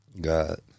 God